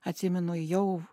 atsimenu ėjau